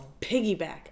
piggyback